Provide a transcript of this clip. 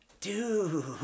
dude